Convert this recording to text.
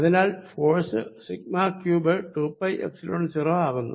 അതിനാൽ force σq2πϵ0 ആകുന്നു